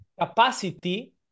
Capacity